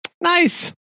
Nice